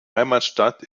heimatstadt